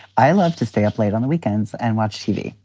i love to stay up late on the weekends and watch tv,